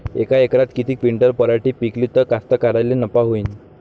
यका एकरात किती क्विंटल पराटी पिकली त कास्तकाराइले नफा होईन?